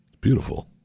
beautiful